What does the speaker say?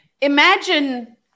Imagine